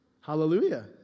Hallelujah